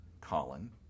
Colin